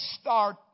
start